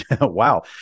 wow